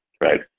right